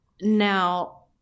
now